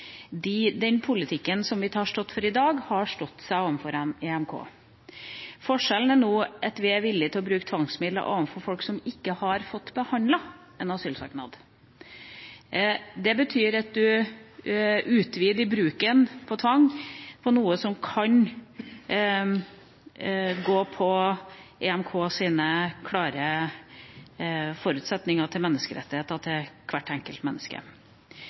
Den politikken vi står for i dag, har stått seg overfor EMK. Forskjellen er nå at vi er villige til å bruke tvangsmidler overfor folk som ikke har fått behandlet en asylsøknad. Det betyr at man utvider bruken av tvang på noe som kan gå på EMKs klare forutsetninger for menneskerettigheter til hvert enkelt menneske.